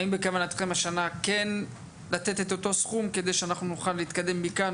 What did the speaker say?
האם בכוונתכם כן לתת את אותו סכום כדי שאנחנו נוכל להתקדם מכאן?